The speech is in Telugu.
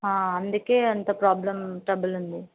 అందుకే అంత ప్రోబ్లం ట్రబులుంది